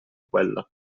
quella